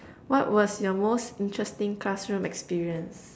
what was your most interesting classroom experience